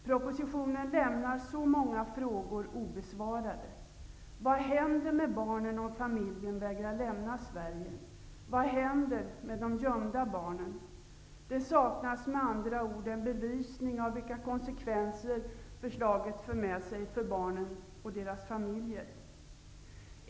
Propositionen lämnar så många frågor obesvarade. Sverige? Vad händer med de gömda barnen? Det saknas med andra ord en belysning av vilka konsekvenser förslaget får för barnen och deras familjer.